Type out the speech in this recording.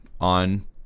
on